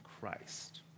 Christ